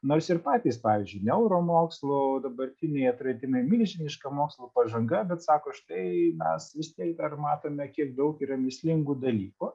nors ir patys pavyzdžiui neuromokslų dabartiniai atradimai milžiniška mokslo pažanga bet sako štai mes vis tiek dar matome kiek daug yra mįslingų dalykų